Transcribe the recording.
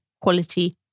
quality